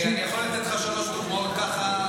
אני יכול לתת לך שלוש דוגמאות, ככה.